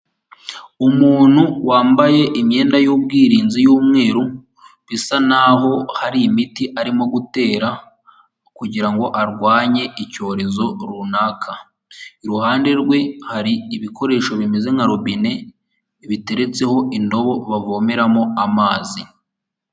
Umuntu wambaye imyenda y'ubwirinzi y'umweru bisa n'aho hari imiti arimo gutera kugira ngo arwanye icyorezo runaka. Iruhande rwe hari ibikoresho bimeze nka robine biteretseho indobo bavomeramo amazi.